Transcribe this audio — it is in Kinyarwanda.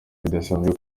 bidasanzwe